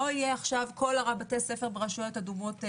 לא כל בתי הספר ברשויות אדומות ייסגרו,